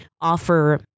offer